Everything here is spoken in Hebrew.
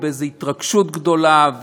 ובהתרגשות גדולה,